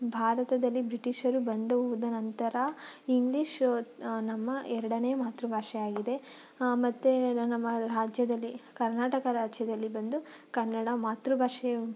ಭಾರತದಲ್ಲಿ ಬ್ರಿಟಿಷರು ಬಂದು ಹೋದ ನಂತರ ಇಂಗ್ಲಿಷು ನಮ್ಮ ಎರಡನೇ ಮಾತೃಭಾಷೆಯಾಗಿದೆ ಮತ್ತು ನಮ್ಮ ರಾಜ್ಯದಲ್ಲಿ ಕರ್ನಾಟಕ ರಾಜ್ಯದಲ್ಲಿ ಬಂದು ಕನ್ನಡ ಮಾತೃಭಾಷೆ